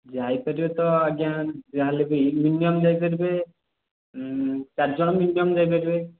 ଯାଇ ପାରିବେ ତ ଆଜ୍ଞା ଯାହା ହେଲେବି ମିନିୟମ୍ ଯାଇ ପାରିବେ ଚାରିଜଣ ମିନିୟମ୍ ଯାଇ ପାରିବେ